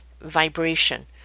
vibration